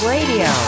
Radio